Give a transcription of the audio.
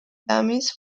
dummies